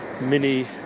mini